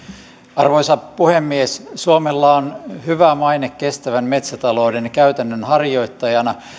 arvoisa puhemies suomella on hyvä maine kestävän metsätalouden käytännön harjoittajana